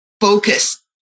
focus